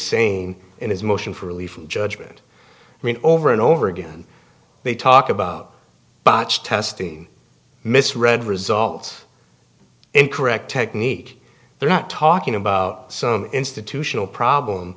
saying in his motion for relief and judgment over and over again they talk about botched testing misread results incorrect technique they're not talking about some institutional problem